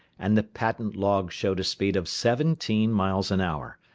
and the patent log showed a speed of seventeen miles an hour,